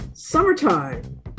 summertime